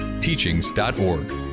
teachings.org